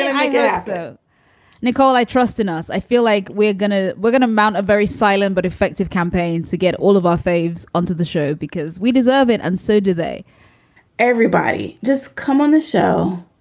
i guess so nicole i trust in us. i feel like we're gonna we're gonna mount a very silent but effective campaign to get all of our faves onto the show because we deserve it. and so do they everybody just come on the show.